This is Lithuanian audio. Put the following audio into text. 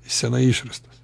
senai išrastas